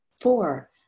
Four